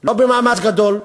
לא במאמץ גדול.